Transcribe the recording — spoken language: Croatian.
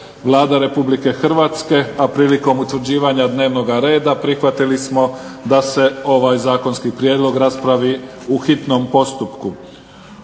Vlada Republike Hrvatske. Prilikom utvrđivanja dnevnog reda prihvatili smo da se ovaj zakonski prijedlog raspravi u hitnom postupku.